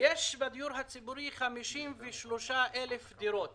יש 53,000 דירות